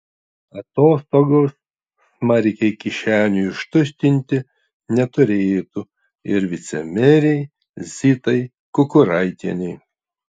atostogos smarkiai kišenių ištuštinti neturėtų ir vicemerei zitai kukuraitienei